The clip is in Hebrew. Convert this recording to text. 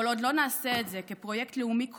כל עוד לא נעשה את זה כפרויקט לאומי כולל,